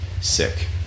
Sick